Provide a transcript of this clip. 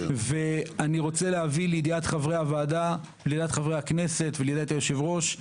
ואני רוצה להביא לידיעת חברי הכנסת ולידיעת היושב-ראש כי